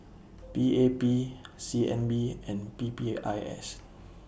P A P C N B and P P I S